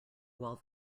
while